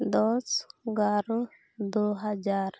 ᱫᱚᱥ ᱮᱜᱟᱨᱚ ᱫᱩ ᱦᱟᱡᱟᱨ